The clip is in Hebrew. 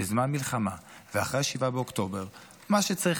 שבזמן מלחמה ואחרי 7 באוקטובר מה שצריך